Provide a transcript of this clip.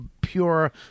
pure